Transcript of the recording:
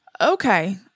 Okay